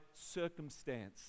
circumstance